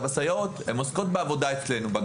הסייעות הן עוסקות בעבודה אצלנו בגנים.